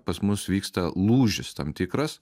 pas mus vyksta lūžis tam tikras